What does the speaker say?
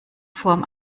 form